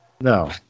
No